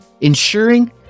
ensuring